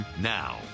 now